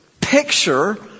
picture